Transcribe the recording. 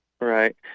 Right